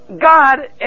God